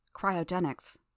Cryogenics